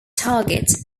target